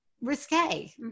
risque